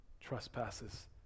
trespasses